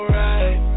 right